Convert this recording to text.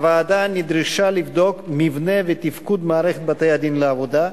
הוועדה נדרשה לבדוק את מבנה ותפקוד מערכת בתי-הדין לעבודה,